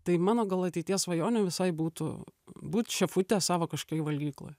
tai mano gal ateities svajonė visai būtų būt šefute savo kažkokioj valgykloj